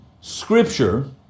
scripture